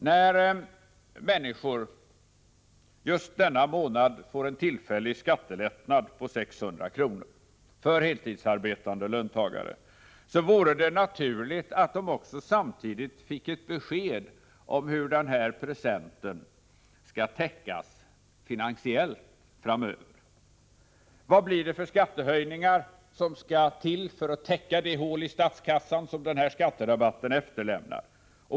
När heltidsarbetande löntagare just denna månad får en tillfällig skattelättnad på 600 kr. vore det naturligt att de samtidigt fick ett besked om hur den här presenten skall täckas finansiellt framöver. Vilka skattehöjningar skall till för att täcka det hål i statskassan som den här skatterabatten efterlämnar?